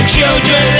Children